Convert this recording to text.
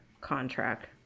contract